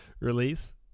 release